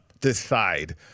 decide